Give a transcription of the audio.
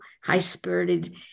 high-spirited